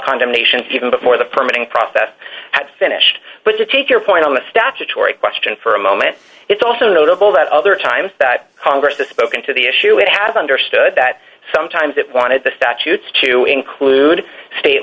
condemnation even before the permitting process had finished but to take your point on the statutory question for a moment it's also notable that other times that congress has spoken to the issue it has understood that sometimes it wanted the statutes to include state